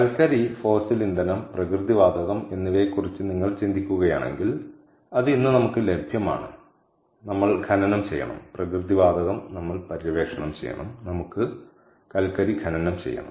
കൽക്കരി ഫോസിൽ ഇന്ധനം പ്രകൃതിവാതകം എന്നിവയെക്കുറിച്ച് നിങ്ങൾ ചിന്തിക്കുകയാണെങ്കിൽ അത് ഇന്ന് നമുക്ക് ലഭ്യമാണ് അതെ നമ്മൾ ഖനനം ചെയ്യണം പ്രകൃതി വാതകം നമ്മൾ പര്യവേക്ഷണം ചെയ്യണം നമുക്ക് കൽക്കരി ഖനനം ചെയ്യണം